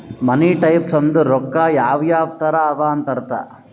ಮನಿ types ಅಂದುರ್ ರೊಕ್ಕಾ ಯಾವ್ ಯಾವ್ ತರ ಅವ ಅಂತ್ ಅರ್ಥ